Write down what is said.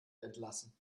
entlassen